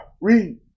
Read